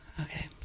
Okay